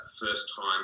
first-time